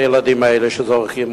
הילדים האלה שזורקים,